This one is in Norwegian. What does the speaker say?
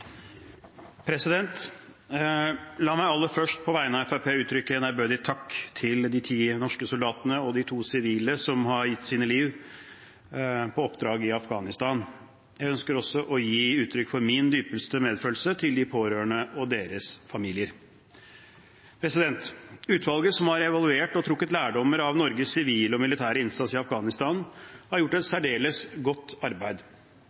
La meg aller først på vegne av Fremskrittspartiet uttrykke en ærbødig takk til de ti norske soldatene og de to sivile som har gitt sitt liv på oppdrag i Afghanistan. Jeg ønsker også å gi uttrykk for min dypeste medfølelse til de pårørende og deres familier. Utvalget som har evaluert og trukket lærdommer av Norges sivile og militære innsats i Afghanistan, har gjort et særdeles godt arbeid.